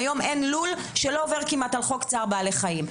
היום אין כמעט לול שלא עובר על חוק צער בעלי חיים.